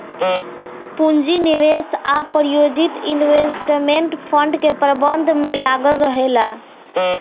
पूंजी निवेश आ प्रायोजित इन्वेस्टमेंट फंड के प्रबंधन में लागल रहेला